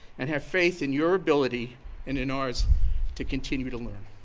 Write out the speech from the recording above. and have faith in your ability and in ours to continue to learn.